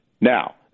Now